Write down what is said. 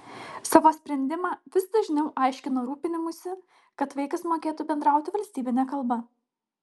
savo sprendimą vis dažniau aiškina rūpinimųsi kad vaikas mokėtų bendrauti valstybine kalba